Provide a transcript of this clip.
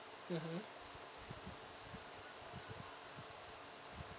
mmhmm